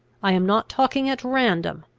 i am not talking at random!